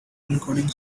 encoding